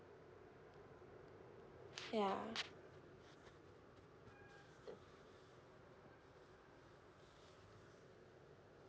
ya